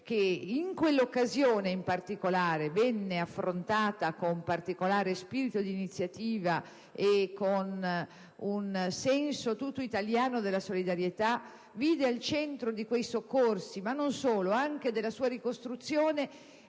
(in quell'occasione in particolare l'emergenza venne affrontata con particolare spirito di iniziativa e con un senso tutto italiano della solidarietà) vide al centro di quei soccorsi e anche della ricostruzione